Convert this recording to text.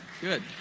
Good